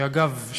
שאגב,